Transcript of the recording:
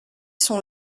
son